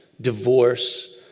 divorce